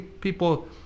people